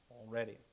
already